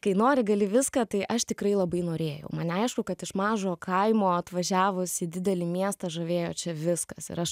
kai nori gali viską tai aš tikrai labai norėjau mane aišku kad iš mažo kaimo atvažiavus į didelį miestą žavėjo čia viskas ir aš